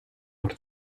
por